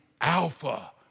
alpha